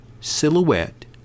silhouette